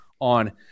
on